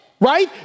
Right